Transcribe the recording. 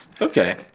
Okay